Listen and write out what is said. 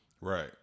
Right